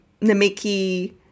Namiki